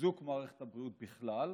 חיזוק מערכת הבריאות בכלל.